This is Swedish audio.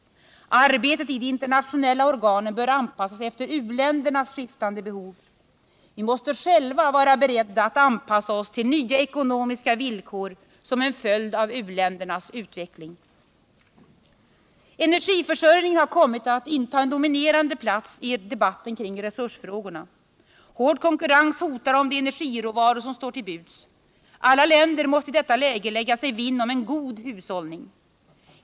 Arbetet i de internationella organen bör anpassas efter u-ländernas skiftande behov. Vi måste själva vara beredda att anpassa oss till nya ekonomiska villkor som en följd av u-ländernas utveckling. Energiförsörjningen har kommit att inta en dominerande plats i debatten kring resursfrågorna. Hård konkurrens hotar om de energiråvaror som står till buds. Alla länder måste i detta läge lägga sin vinn om en god hushållning.